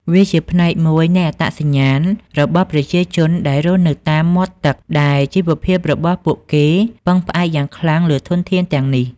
វាជាផ្នែកមួយនៃអត្តសញ្ញាណរបស់ប្រជាជនដែលរស់នៅតាមមាត់ទឹក ដែលជីវភាពរបស់ពួកគេពឹងផ្អែកយ៉ាងខ្លាំងលើធនធានទាំងនេះ។